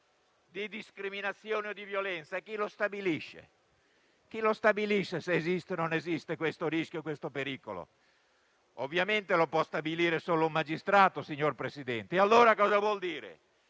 di discriminazione o di violenza. Ma chi stabilisce se esiste o meno questo rischio, questo pericolo? Ovviamente lo può stabilire solo un magistrato, signor Presidente. Questo vuol dire